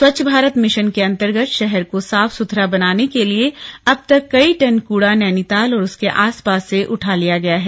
स्वच्छ भारत मिशन के अंतर्गत शहर को साफ सुथरा बनाने के लिए अब तक कई टन कूड़ा नैनीताल और उसके आस पास से उठा लिया है